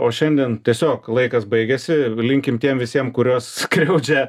o šiandien tiesiog laikas baigiasi ir linkim tiems visiems kuriuos skriaudžia